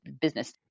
business